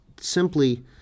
simply